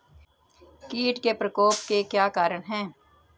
कीट के प्रकोप के क्या कारण हैं?